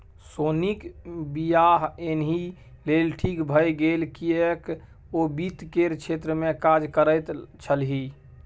सोनीक वियाह एहि लेल ठीक भए गेल किएक ओ वित्त केर क्षेत्रमे काज करैत छलीह